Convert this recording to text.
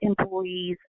employee's